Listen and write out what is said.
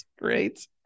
great